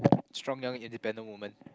strong young independent woman